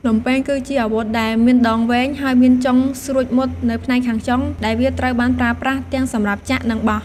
លំពែង គឺជាអាវុធដែលមានដងវែង ហើយមានចុងស្រួចមុតនៅផ្នែកខាងចុង ដែលវាត្រូវបានប្រើប្រាស់ទាំងសម្រាប់ចាក់ និងបោះ។